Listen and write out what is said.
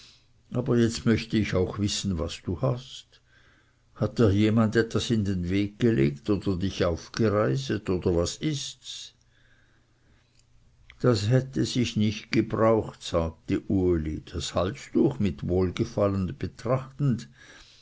aber jetzt möchte ich auch wissen was du hast hat dir jemand etwas in den weg gelegt oder dich aufgereiset oder was ists das hätte sich nicht gebraucht sagte uli das halstuch mit wohlgefallen betrachtend